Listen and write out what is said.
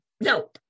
No